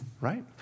right